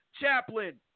Chaplain